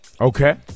Okay